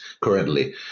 currently